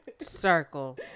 circle